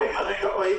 אבנר, תודה רבה.